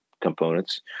components